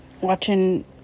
watching